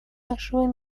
нашего